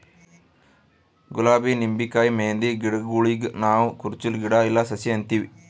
ಗುಲಾಬಿ ನಿಂಬಿಕಾಯಿ ಮೆಹಂದಿ ಗಿಡಗೂಳಿಗ್ ನಾವ್ ಕುರುಚಲ್ ಗಿಡಾ ಇಲ್ಲಾ ಸಸಿ ಅಂತೀವಿ